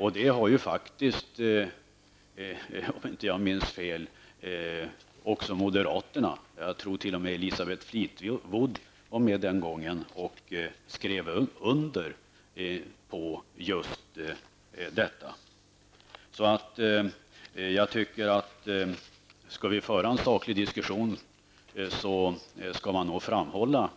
Just detta har faktiskt, om jag nu inte minns fel, också moderaterna -- jag tror t.o.m. att Elisabeth Fleetwood var med vid det aktuella tillfället -- varit med om att skriva under. Skall vi föra en saklig diskussion, tycker jag att man skall framhålla